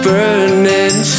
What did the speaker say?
Burning